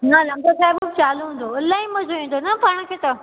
न लम्बो शाहिब चालू हूंदो इलाही मज़ो ईंदो न पाण खे त